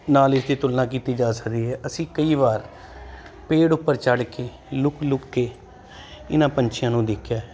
ਨਾਲ ਇਸਦੀ ਤੁਲਨਾ ਕੀਤੀ ਜਾ ਸਕਦੀ ਹੈ ਅਸੀਂ ਕਈ ਵਾਰ ਪੇੜ ਉੱਪਰ ਚੜ੍ਹ ਕੇ ਲੁਕ ਲੁਕ ਕੇ ਇਹਨਾਂ ਪੰਛੀਆਂ ਨੂੰ ਦੇਖਿਆ